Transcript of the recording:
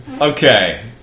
Okay